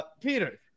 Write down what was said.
Peter